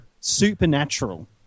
Supernatural